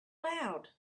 loud